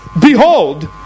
Behold